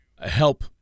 help